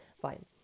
fine